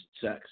sex